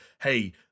hey